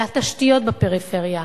לתשתיות בפריפריה,